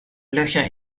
löcher